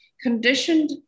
conditioned